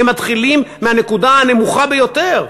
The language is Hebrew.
הם מתחילים מהנקודה הנמוכה ביותר,